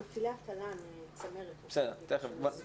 מפעילי תל"ן צמרת אביבי ביקשה להתייחס.